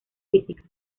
físicas